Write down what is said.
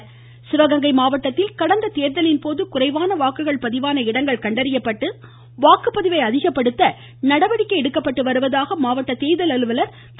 மாவட்ட தேர்தல் சிவகங்கை மாவட்டத்தில் கடந்த தேர்தல்களின்போது குறைவான வாக்குகள் பதிவான இடங்கள் கண்டறியப்பட்டு வாக்குப்பதிவை அதிகப்படுத்த நடவடிக்கை எடுக்கப்பட்டு வருகிறது என்று மாவட்ட தேர்தல் அலுவலர் திரு